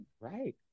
Right